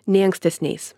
nei ankstesniais